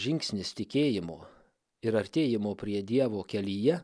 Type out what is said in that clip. žingsnis tikėjimo ir artėjimo prie dievo kelyje